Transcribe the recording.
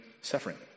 suffering